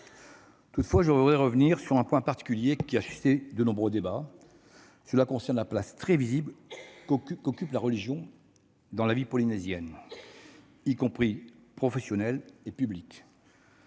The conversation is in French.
Toutefois, je voudrais revenir sur un point particulier qui a suscité de nombreux débats : la place très visible qu'occupe la religion dans la vie polynésienne, y compris dans ses dimensions professionnelles et publiques.